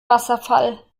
wasserfall